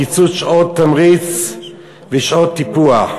על קיצוץ שעות תמריץ ושעות טיפוח.